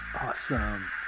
Awesome